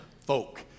folk